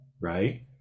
right